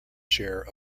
share